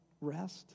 rest